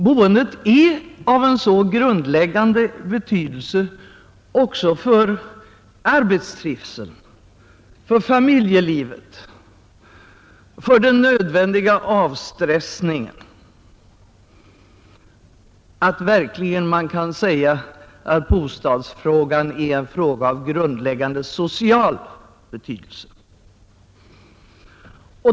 Boendet är av så grundläggande betydelse också för arbetstrivseln, för familjelivet och för den nödvändiga avstressningen att man verkligen kan säga att bostadsfrågan är en fråga av grundläggande social betydelse.